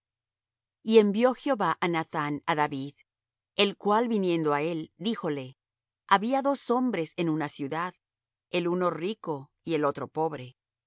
y envio jehová á nathán á david el cual viniendo á él díjole había dos hombres en una ciudad el uno rico y el otro pobre el